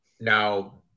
Now